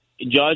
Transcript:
Judge